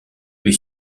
lui